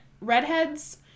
redheads